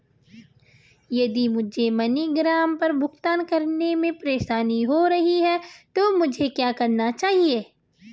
यदि मुझे मनीग्राम पर भुगतान करने में परेशानी हो रही है तो मुझे क्या करना चाहिए?